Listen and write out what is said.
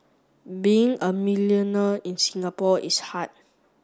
being a millionaire in Singapore is hard